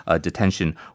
detention